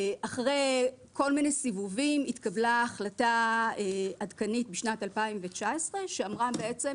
אחרי כל מיני סיבובים התקבלה החלטה עדכנית בשנת 2019 שאמרה בעצם